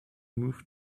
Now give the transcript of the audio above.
move